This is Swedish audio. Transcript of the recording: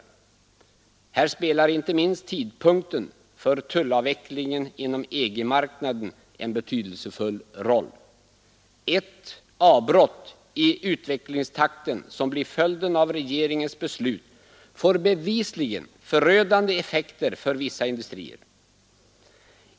Här spelar inte minst tidpunkten för tullavvecklingen inom EG-marknaden en betydelsefull roll. Ett avbrott i utvecklingstakten som blir följden av regeringens beslut får bevisligen förödande effekter för vissa industrier.